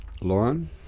Lauren